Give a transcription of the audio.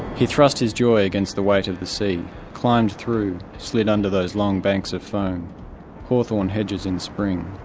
he thrust his jaw against the weight of the sea climbed through, slid under those long banks of foam hawthorn hedges in spring,